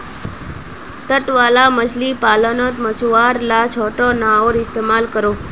तट वाला मछली पालानोत मछुआरा ला छोटो नओर इस्तेमाल करोह